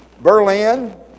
Berlin